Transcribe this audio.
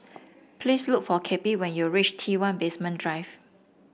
please look for Cappie when you reach T one Basement Drive